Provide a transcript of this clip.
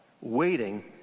waiting